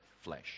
flesh